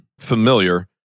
familiar